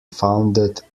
founded